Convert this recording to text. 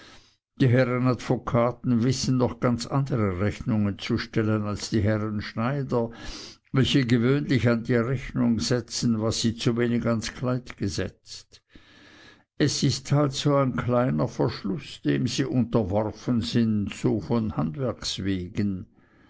die herren advokaten wissen noch ganz andere rechnungen zu stellen als die herren schneider welche gewöhnlich an die rechnung setzen was sie zu wenig ans kleid gesetzt es ist halt so ein kleiner verschuß dem sie unterworfen sind so von handwerks wegen